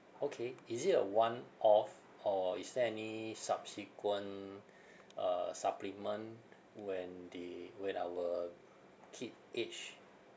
okay is it a one off or is there any subsequent uh supplement when they when our kid age